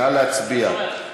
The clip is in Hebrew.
נא להצביע.